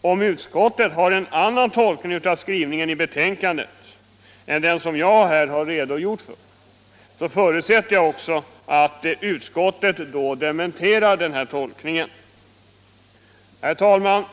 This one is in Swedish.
Om utskottet har en annan tolkning av skrivningen i betänkandet än den som jag här har redogjort 67 för, förutsätter jag att utskottet nu dementerar min tolkning. Herr talman!